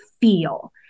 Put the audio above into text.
feel